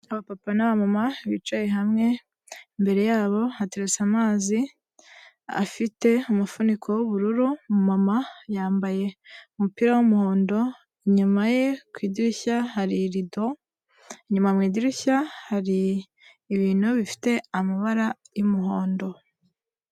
Abapapa n'bamama bicaye hamwe imbere yabo hateretse amazi, afite umufuniko w'ubururu umumama yambaye umupira w'umuhondo, inyuma ye ku idirishya hari rido, inyuma mu idirishya hari ibintu bifite amabara y'umuhondo.